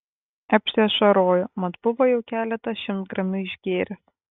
apsiašarojo mat buvo jau keletą šimtgramių išgėręs